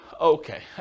Okay